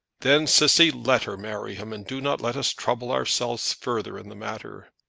then, cissy, let her marry him, and do not let us trouble ourselves further in the matter.